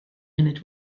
munud